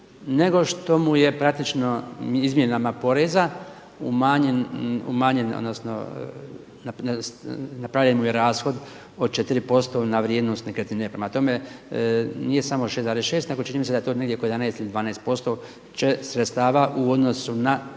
nego što mu je praktično izmjenama poreza umanjeno odnosno napravljen mu je rashod od 4% na vrijednost nekretnine. Prema tome, nije samo 6,6 nego čini mi se da je to negdje oko 11 ili 12% će sredstava u odnosu na